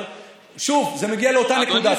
אבל שוב, זה מגיע לאותה נקודה.